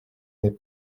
n’est